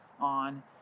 on